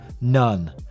none